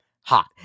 hot